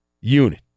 unit